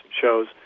shows